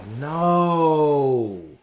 no